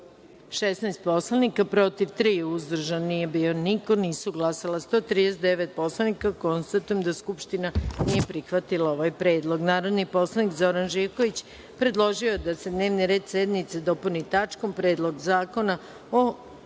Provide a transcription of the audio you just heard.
16 poslanika, protiv – tri, uzdržan – niko, nisu glasala 139 poslanika. Konstatujem da Skupština nije prihvatila ovaj predlog. Narodni poslanik Zoran Živković predložio je da se dnevni red sednice dopuni tačkom – Predlog zakona o dopunama